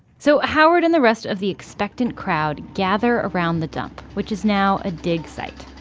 so, howard and the rest of the expectant crowd gather around the dump, which is now a dig site.